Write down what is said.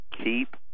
Keep